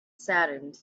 saddened